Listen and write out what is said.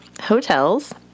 hotels